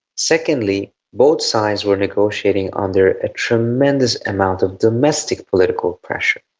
secondly, both sides were negotiating under a tremendous amount of domestic political pressure,